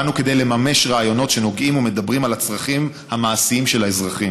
באנו כדי לממש רעיונות שנוגעים ומדברים על הצרכים המעשיים של האזרחים.